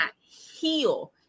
heal